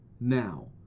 Now